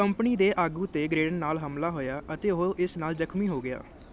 company ਦੇ ਆਗੂ 'ਤੇ ਗ੍ਰੇਡ ਨਾਲ ਹਮਲਾ ਹੋਇਆ ਅਤੇ ਉਹ ਇਸ ਨਾਲ ਜ਼ਖਮੀ ਹੋ ਗਿਆ